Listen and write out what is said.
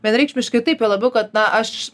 vienareikšmiškai taip juo labiau kad na aš